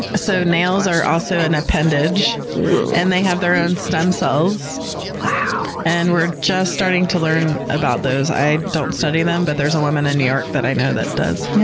ah so nails are also an appendage and they have their own stem cells and we're just starting to learn about those. i don't study them, but there's a woman in new york that i know that does. yeah